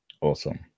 Awesome